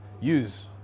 use